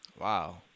Wow